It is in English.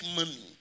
money